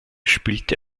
spielte